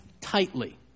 tightly